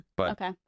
Okay